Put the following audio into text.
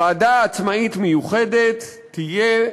ועדה עצמאית מיוחדת תהיה,